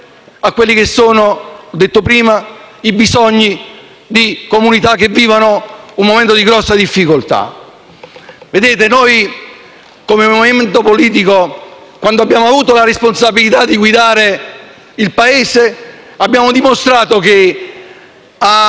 a quelli che, come ho detto prima, sono i bisogni di comunità che vivono un momento di estrema difficoltà. Noi, come movimento politico, quando abbiamo avuto la responsabilità di guidare il Paese, abbiamo dimostrato che a